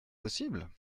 possible